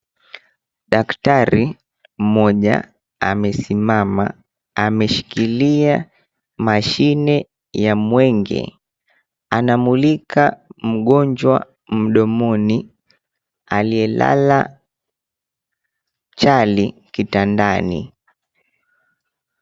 Daktari mmoja amesimama ameshikilia mashine ya mwenge, anamulika mgonjwa mdomoni aliyelala chali kitandani.